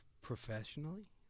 professionally